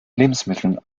lebensmitteln